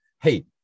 Hey